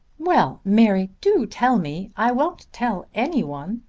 well, mary, do tell me. i won't tell any one.